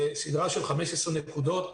בסדרה של 15 נקודות,